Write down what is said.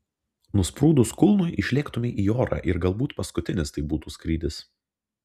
nusprūdus kulnui išlėktumei į orą ir gal paskutinis tai būtų skrydis